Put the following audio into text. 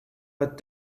but